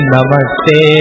Namaste